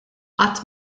qatt